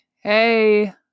hey